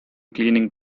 cleaning